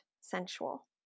sensual